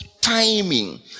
timing